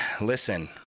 listen